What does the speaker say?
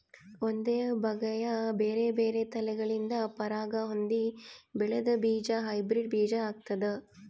ಒಂದೇ ಬಗೆಯ ಬೇರೆ ಬೇರೆ ತಳಿಗಳಿಂದ ಪರಾಗ ಹೊಂದಿ ಬೆಳೆದ ಬೀಜ ಹೈಬ್ರಿಡ್ ಬೀಜ ಆಗ್ತಾದ